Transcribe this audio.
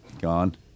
gone